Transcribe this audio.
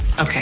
Okay